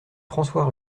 françois